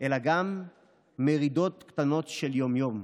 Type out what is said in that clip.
אלא גם מרידות קטנות של יום-יום.